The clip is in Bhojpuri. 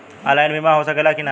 ऑनलाइन बीमा हो सकेला की ना?